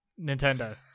Nintendo